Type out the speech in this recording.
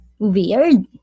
weird